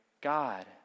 God